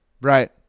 Right